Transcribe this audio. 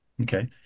Okay